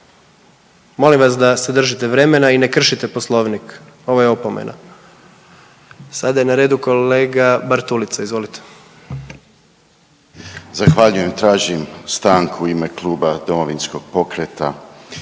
Molim vas da se držite vremena i ne kršite Poslovnik, ovo je opomena. Sada je na redu kolega Bartulica. **Bartulica, Stephen Nikola (DP)** Zahvaljujem. Tražim stanku u ime Kluba Domovinskog pokreta,